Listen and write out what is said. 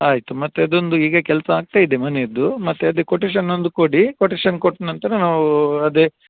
ಆಯ್ತು ಮತ್ತೆ ಅದೊಂದು ಈಗ ಕೆಲಸ ಆಗ್ತಾಯಿದೆ ಮನೇದು ಮತ್ತು ಅದೆ ಕೊಟೇಶನ್ ಒಂದು ಕೊಡಿ ಕೊಟೆಶನ್ ಕೊಟ್ಟ ನಂತರ ನಾವೂ ಅದೆ